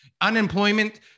unemployment